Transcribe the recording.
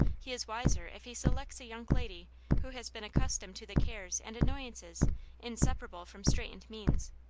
he is wiser if he selects a young lady who has been accustomed to the cares and annoyances inseparable from straitened means.